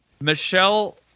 Michelle